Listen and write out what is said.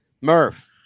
Murph